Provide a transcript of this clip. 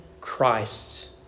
Christ